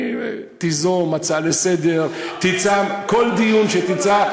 תיזום הצעה לסדר-היום, כל דיון שתמצא.